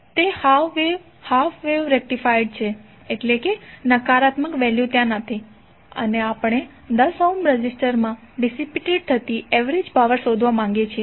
તે half wave rectified છે એટલે કે નકારાત્મક વેલ્યુ ત્યાં નથી અને આપણે 10 ઓહ્મ રેઝિસ્ટરમાં ડિસિપિટેડ થતી એવરેજ પાવર શોધવા માંગીએ છીએ